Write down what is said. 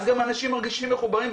אז גם אנשים מרגישים מחוברים.